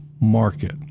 market